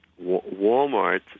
Walmart